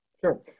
Sure